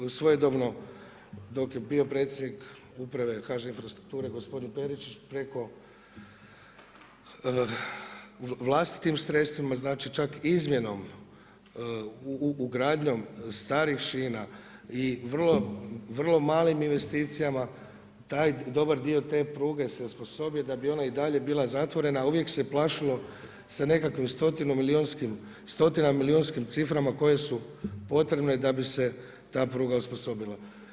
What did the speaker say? Svojedobno, dok je bio predsjednik uprave HŽ infrastrukture gospodin Peričić preko, vlastitim sredstvima, znači čak izmjenom ugradnjom starih šina i vrlo malim investicijama taj, dobar dio te pruge s osposobio da bi i ona dalje bila zatvorena a uvijek se plašilo sa nekakvim stotinu milijunskim, stotinama milijunskim ciframa koje su potrebne da bi se ta pruga osposobila.